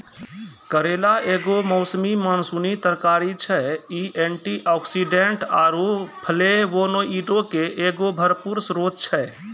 करेला एगो मौसमी मानसूनी तरकारी छै, इ एंटीआक्सीडेंट आरु फ्लेवोनोइडो के एगो भरपूर स्त्रोत छै